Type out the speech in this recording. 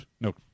no